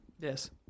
yes